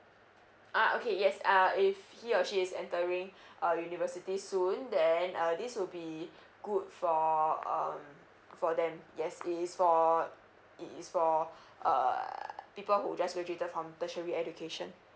ah okay yes uh if he or she is entering uh university soon then uh this will be good for um for them yes it is for it is for uh people who just graduated from tertiary education